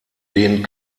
den